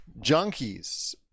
junkies